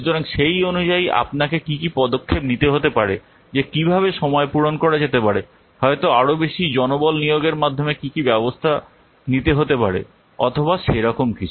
সুতরাং সেই অনুযায়ী আপনাকে কী কী পদক্ষেপ নিতে হতে পারে যে কীভাবে সময় পূরণ করা যেতে পারে হয়তো আরও বেশি জনবল নিয়োগের মাধ্যমে কী কী ব্যবস্থা নিতে হতে পারে অথবা সেরকম কিছু